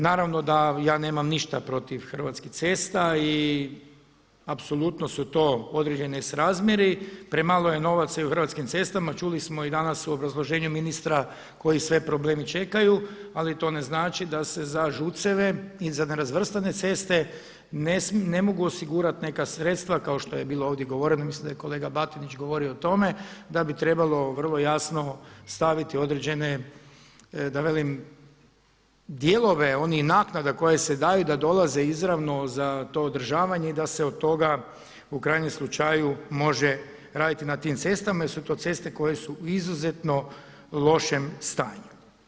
Naravno da ja nemam ništa protiv Hrvatskih cesta i apsolutno su to određeni nesrazmjeri, premalo je novaca i u Hrvatskim cestama, čuli smo i danas u obrazloženju ministra koji sve problemi čekaju ali to ne znači da se za ŽUC-eve i za nerazvrstane ceste ne mogu osigurati neka sredstva kao što je bilo ovdje govoreno, mislim da je kolega Batinić govorio o tome da bi trebalo vrlo jasno staviti određene, da velim dijelove onih naknada koje se daju da dolaze izravno za to održavanje i da se od toga u krajnjem slučaju može raditi na tim cestama jer su to ceste koje su u izuzetno lošem stanju.